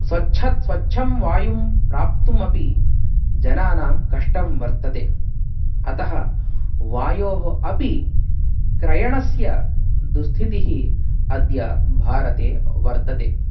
स्वच्छत् स्च्छं वायुं प्राप्तुमपि जनानां कष्टं वर्तते अतः वायोः अपि क्रयणस्य दुस्थितिः अद्य भारते वर्तते